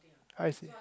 I see